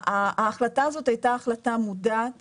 ההחלטה הזאת הייתה החלטה מודעת